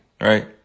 right